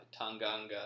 Tanganga